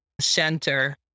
center